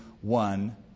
one